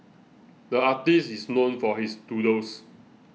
the artist is known for his doodles